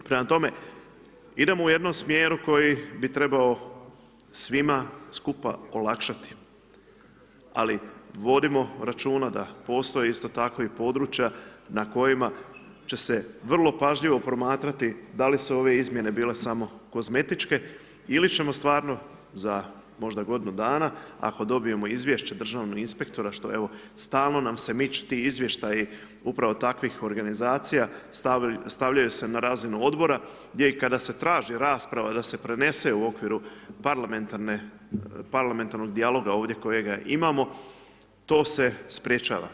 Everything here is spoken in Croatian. Prema tome, idemo u jednom smjeru koji bi trebao svima skupa olakšati, ali vodimo računa da postoje isto tako i područja na kojima će se vrlo pažljivo promatrati da li su ove izmjene bile samo kozmetičke ili ćemo stvarno za možda godinu dana ako dobijemo izvješće državnog inspektora, što, evo, stalno nam se… [[Govornik se ne razumije]] izvještaji upravo takvih organizacija, stavljaju se na razinu Odbora, gdje i kada se traži rasprava da se prenese u okviru parlamentarnog dijaloga ovdje kojega imamo, to se sprječava.